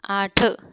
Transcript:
आठ